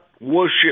worship